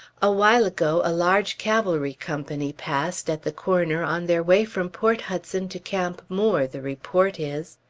a while ago a large cavalry company passed, at the corner, on their way from port hudson to camp moore, the report is.